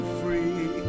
free